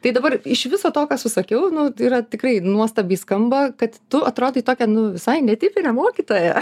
tai dabar iš viso to ką susakiau nu yra tikrai nuostabiai skamba kad tu atrodai tokia nu visai netipinė mokytoja